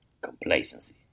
Complacency